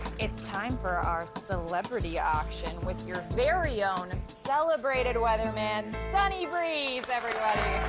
it's time for our celebrity auction with your very own celebrated weatherman, sonny breeze, everybody.